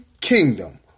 kingdom